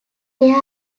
there